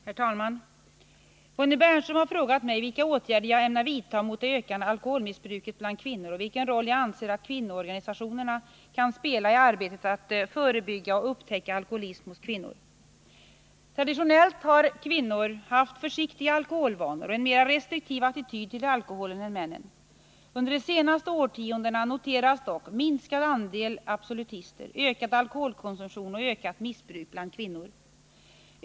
Herr talman! Bonnie Bernström har frågat mig vilka åtgärder jag ämnar vidta mot det ökande alkoholmissbruket bland kvinnor och vilken roll jag anser att kvinnoorganisationerna kan spela i arbetet att förebygga och upptäcka alkoholism hos kvinnor. Traditionellt har kvinnor haft försiktiga alkoholvanor och en mera restriktiv attityd till alkoholen än männen. Under de senaste årtiondena noteras dock minskad andel absolutister, ökad alkoholkonsumtion och ökat missbruk bland kvinnor.